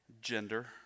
gender